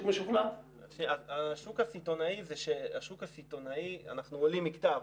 השוק הסיטונאי, אנחנו עולים מקטע.